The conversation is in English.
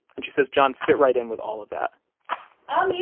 and she says john fit right in with all of that oh,